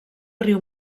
riu